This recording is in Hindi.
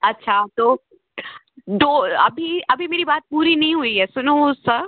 अच्छा तो अभी अभी मेरी बात पूरी नहीं हुई है सुनो सर